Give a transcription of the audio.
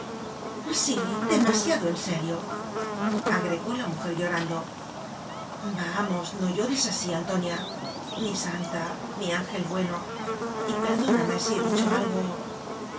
entiendes sí demasiado en serioagregó la mujer llorando vamos no llores así antonia mi santa mi ángel bueno y perdóname si he dicho algo